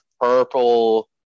purple